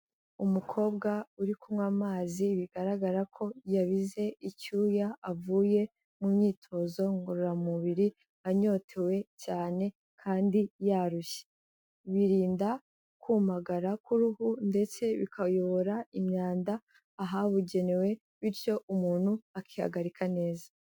Umukobwa uri kunywa amazi bigaragara ko yabize icyuya avuye mu myitozo ngororamubiri anyotewe cyane kandi yarushye, birinda kumagara k'uruhu, ndetse bikayobora imyanda ahabugenewe, bityo umuntu akihagarika neza.